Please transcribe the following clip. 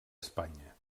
espanya